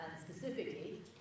specifically